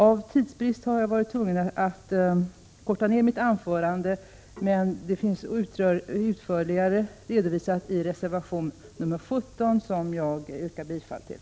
Av tidsbrist har jag varit tvungen att förkorta mitt anförande, men denna fråga är utförligt redovisad i reservation 17, som jag yrkar bifall till.